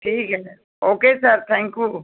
ठीक है okay sir thank कू